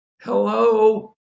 Hello